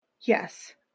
Yes